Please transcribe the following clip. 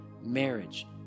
marriage